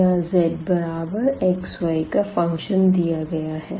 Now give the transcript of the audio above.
यहाँ z बराबर xy का फंक्शन दिया गया है